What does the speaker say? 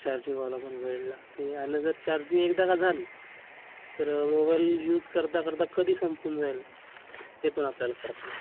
charging व्हायला पण वेळ लागते आणि जर चार्जिंग एकदा का झाली तर मोबाईल यूज करता करता कधी संपून जाईल हे पण आपल्याला कळत नाही